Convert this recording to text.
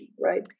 right